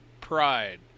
pride